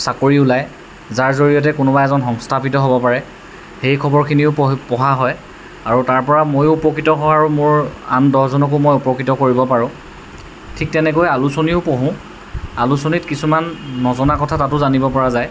চাকৰি ওলায় যাৰ জৰিয়তে কোনোবা এজন সংস্থাপিত হ'ব পাৰে সেই খবৰখিনিও পঢ়ি পঢ়া হয় আৰু তাৰপৰা ময়ো উপকৃত হোৱা আৰু মোৰ আন দহজনকো মই উপকৃত কৰিব পাৰোঁ ঠিক তেনেকৈ আলোচনীও পঢ়োঁ আলোচনীত কিছুমান নজনা কথা তাতো জানিব পৰা যায়